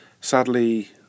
Sadly